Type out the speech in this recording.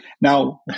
Now